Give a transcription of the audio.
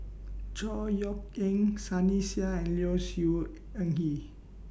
Chor Yeok Eng Sunny Sia and Low Siew Nghee